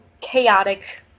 chaotic